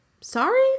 sorry